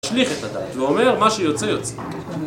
השליך את הדף, ואומר, מה שיוצא יוצא